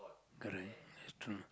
correct is true